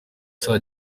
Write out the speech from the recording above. saa